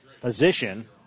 position